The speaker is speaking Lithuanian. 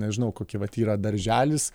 nežinau kokie vat yra darželis